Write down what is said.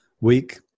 week